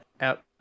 out